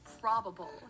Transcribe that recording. probable